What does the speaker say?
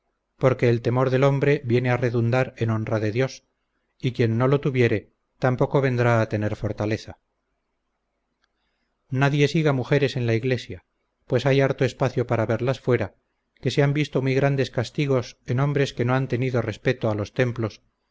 porque el temor del hombre viene a redundar en honra de dios y quien no lo tuviere tampoco vendrá a tener fortaleza nadie siga mujeres en la iglesia pues hay harto espacio para verlas fuera que se han visto muy grandes castigos en hombres que no han tenido respeto a los templos